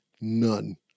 none